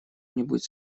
нибудь